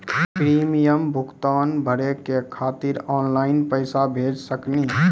Premium भुगतान भरे के खातिर ऑनलाइन पैसा भेज सकनी?